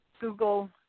Google